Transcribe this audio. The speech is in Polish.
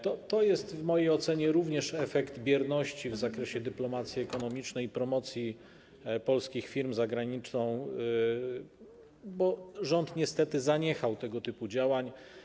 To jest w mojej ocenie również efekt bierności w zakresie dyplomacji ekonomicznej i promocji polskich firm za granicą, bo rząd niestety zaniechał tego typu działań.